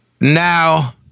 Now